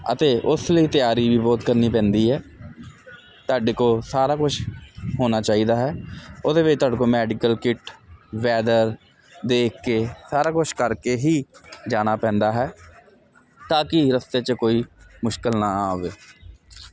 ਅਤੇ ਉਸ ਲਈ ਤਿਆਰੀ ਵੀ ਬਹੁਤ ਕਰਨੀ ਪੈਂਦੀ ਹੈ ਤੁਹਾਡੇ ਕੋਲ ਸਾਰਾ ਕੁਝ ਹੋਣਾ ਚਾਹੀਦਾ ਹੈ ਉਹਦੇ ਵਿੱਚ ਤੁਹਾਡੇ ਕੋਲ ਮੈਡੀਕਲ ਕਿੱਟ ਵੈਦਰ ਦੇਖ ਕੇ ਸਾਰਾ ਕੁਝ ਕਰਕੇ ਹੀ ਜਾਣਾ ਪੈਂਦਾ ਹੈ ਤਾਂ ਕਿ ਰਸਤੇ ਚ ਕੋਈ ਮੁਸ਼ਕਿਲ ਨਾ ਆਵੇ